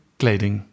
kleding